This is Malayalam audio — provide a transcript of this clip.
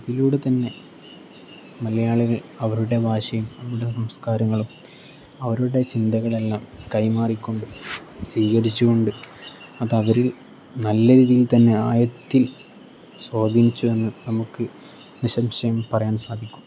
അതിലൂടെ തന്നെ മലയാളികൾ അവരുടെ ഭാഷയും അവരുടെ സംസ്കാരങ്ങളും അവരുടെ ചിന്തകളെല്ലാം കൈമാറിക്കൊണ്ട് സ്വീകരിച്ചുകൊണ്ട് അതവരിൽ നല്ല രീതിയിൽ തന്നെ ആഴത്തിൽ സ്വാധീനിച്ചുവെന്ന് നമുക്ക് നിസംശയം പറയാൻ സാധിക്കും